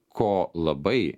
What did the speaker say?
ko labai